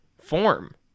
form